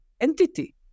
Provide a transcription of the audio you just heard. entity